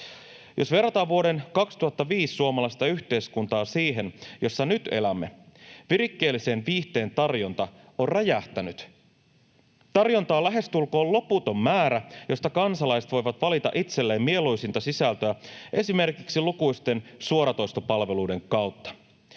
Jos verrataan vuoden 2005 suomalaista yhteiskuntaa siihen, jossa nyt elämme, virikkeellisen viihteen tarjonta on räjähtänyt. Tarjontaa on lähestulkoon loputon määrä, josta kansalaiset voivat valita itselleen mieluisinta sisältöä esimerkiksi lukuisten suoratoistopalveluiden kautta.